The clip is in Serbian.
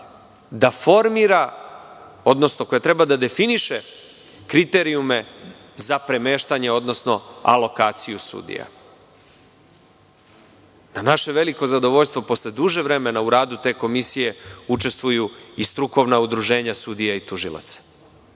da formira odnosno koja treba da definiše kriterijume za premeštanje odnosno alokaciju sudija. Na naše veliko zadovoljstvo, posle duže vremena, u radu te komisije učestvuju i strukovna udruženja sudija i tužilaca